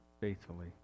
faithfully